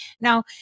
Now